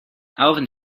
alvin